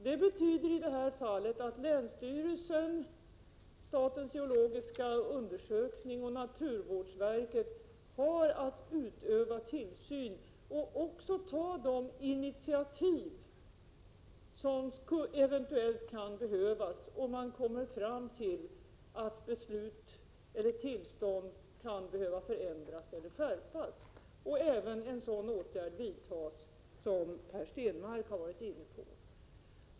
Det betyder i det här fallet att länsstyrelsen, Sveriges geologiska undersökning och naturvårdsverket har att utöva tillsyn och också ta de initiativ som eventuellt kan behövas, om man kommer fram till att beslut eller tillstånd kan behöva förändras eller skärpas, och då även vidta en sådan åtgärd som Per Stenmarck har varit inne på.